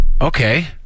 okay